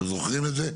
אתם זוכרים את זה?